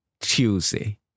Tuesday